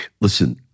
Listen